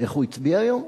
איך הוא הצביע היום?